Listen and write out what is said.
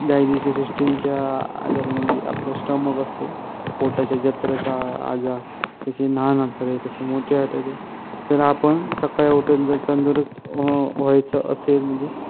digestive सिस्टीमच्या आजार आहे म्हणजे आपलं ष्टमक असतो पोटाच्या जत्रच्या आजार तसे लहान आतडे तसे मोठे आतडे जर आपण सकाळी उठून जर तंदुरुस्त व्हायचं असेल म्हणजे